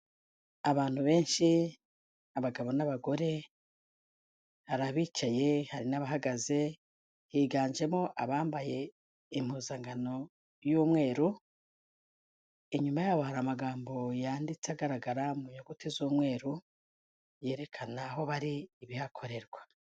Abantu benshi abagabo n'abagore, hari abicaye hari n'abahagaze, higanjemo abambaye impuzankano y'umweru, inyuma yabo hari amagambo yanditse agaragara mu nyuguti z'umweru yerekana aho bari ibihakorerwa.